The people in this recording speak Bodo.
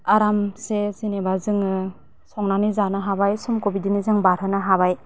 आरामसे जेनेबा जोङो संनानै जानो हाबाय समखौ बिदिनो जों बारहोनो हाबाय